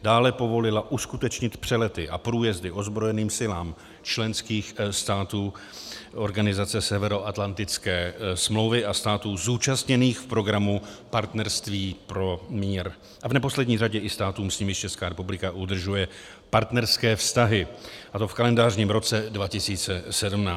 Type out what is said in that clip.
Dále povolila uskutečnit přelety a průjezdy ozbrojeným silám členských států organizace Severoatlantické smlouvy a států zúčastněných v programu Partnerství pro mír a v neposlední řadě i státům, s nimiž Česká republika udržuje partnerské vztahy, a to v kalendářním roce 2017.